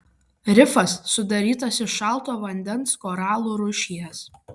rifas sudarytas iš šalto vandens koralų rūšies